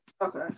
Okay